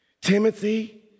Timothy